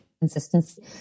consistency